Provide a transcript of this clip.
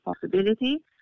possibility